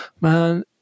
Man